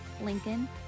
Lincoln